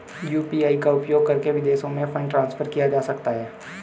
UPI का उपयोग करके विदेशों में फंड ट्रांसफर किया जा सकता है?